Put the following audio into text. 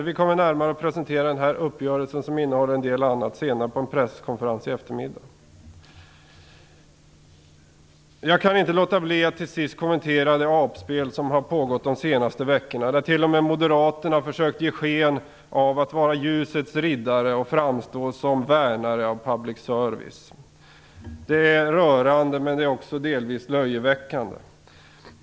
Vi kommer att närmare presentera den här uppgörelsen, som även innehåller en del annat, på en presskonferens i eftermiddag. Jag kan inte låta bli att kommentera det apspel som har pågått de senaste veckorna. Till och med moderaterna har försökt att ge sken av att vara ljusets riddare och framstå som värnare av public service. Det är rörande, men det är också delvis löjeväckande.